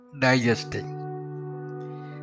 digesting